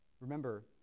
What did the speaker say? Remember